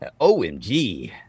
OMG